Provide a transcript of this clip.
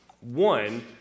one